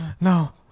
no